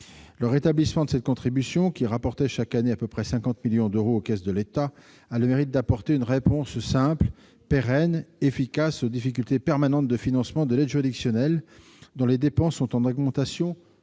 Le rétablissement de cette contribution, qui rapportait chaque année à peu près 50 millions d'euros aux caisses de l'État, a le mérite d'apporter une réponse simple, pérenne, efficace aux difficultés permanentes de financement de l'aide juridictionnelle, dont les dépenses sont en augmentation continue,